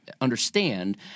understand